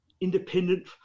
independent